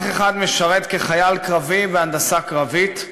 אח אחד משרת כחייל קרבי בהנדסה קרבית,